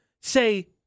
say